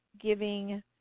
giving